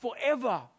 forever